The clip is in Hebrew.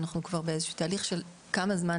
ואנחנו כבר באיזשהו תהליך חשיבה שמתקיים זמן